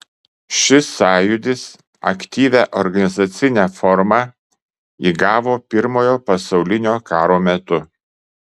šis sąjūdis aktyvią organizacinę formą įgavo pirmojo pasaulinio karo metu